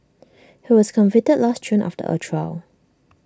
he was convicted last June after A trial